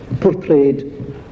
portrayed